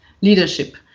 leadership